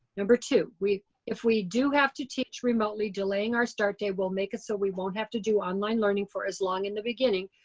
number two, if we do have to teach remotely, delaying our start day will make it so we won't have to do online learning for as long in the beginning,